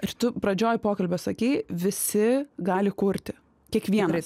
ir tu pradžioj pokalbio sakei visi gali kurti kiekvienas